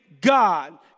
God